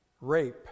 rape